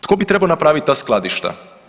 Tko bi trebao napraviti ta skladišta?